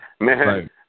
man